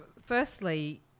firstly